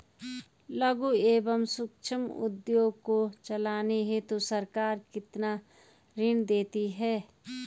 लघु एवं सूक्ष्म उद्योग को चलाने हेतु सरकार कितना ऋण देती है?